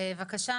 בבקשה,